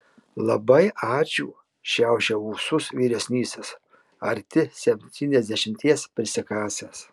labai ačiū šiaušia ūsus vyresnysis arti septyniasdešimties prisikasęs